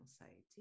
anxiety